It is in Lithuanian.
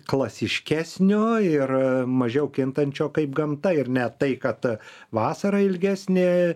klasiškesnio ir mažiau kintančio kaip gamta ir ne tai kad vasara ilgesnė